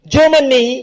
Germany